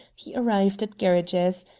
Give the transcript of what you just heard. he arrived at gerridge's,